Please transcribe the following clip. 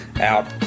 out